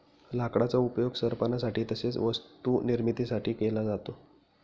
लाकडाचा उपयोग सरपणासाठी तसेच वस्तू निर्मिती साठी केला जातो